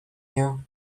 you